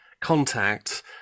contact